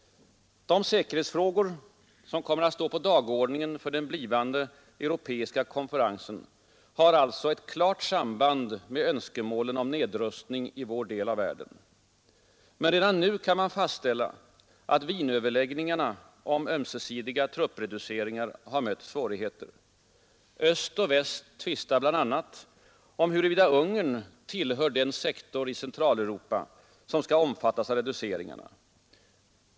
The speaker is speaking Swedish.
De säkerhetsfrågor som kommer att stå på dagordningen för den blivande europeiska konferensen har alltså ett klart samband med önskemålen om nedrustning i vår del av världen. Men redan nu kan man fastställa att Wienöverläggningarna om ömsesidiga truppreduceringar mött svårigheter. Öst och väst tvistar bl.a. om huruvida Ungern tillhör den sektor i Centraleuropa som skall omfattas av reduceringarna.